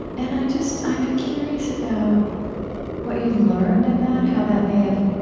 and i just i'd be curious about what you've learned in that, how that may have